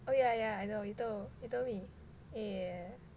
oh yeah yeah I know you told you told me yeah